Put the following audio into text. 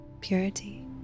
purity